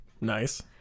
Nice